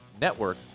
network